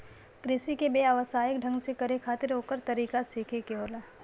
कृषि के व्यवसायिक ढंग से करे खातिर ओकर तरीका सीखे के होला